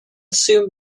soon